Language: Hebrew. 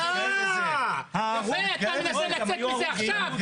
אה, יפה אתה מנסה לצאת מזה עכשיו.